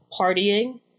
partying